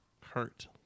hurt